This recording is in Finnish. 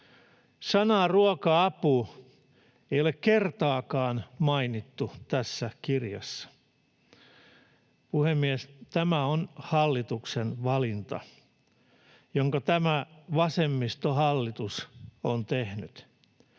Sanaa ”ruoka-apu” ei ole kertaakaan mainittu tässä kirjassa. Puhemies! Tämä on hallituksen valinta, jonka tämä vasemmistohallitus on tehnyt.